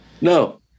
No